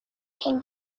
can